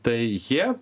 tai jie